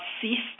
ceased